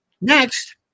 Next